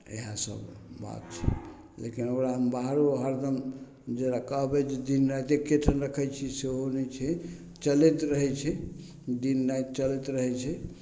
इएहसब बात छै लेकिन ओकरा हम बाहरो हरदम जे कहबै जे दिन राति एक्के ठाम राखै छिए सेहो नहि छै चलैत रहै छै दिन राति चलैत रहै छै